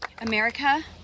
America